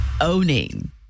owning